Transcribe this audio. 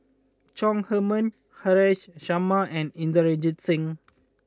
Chong Heman Haresh Sharma and Inderjit Singh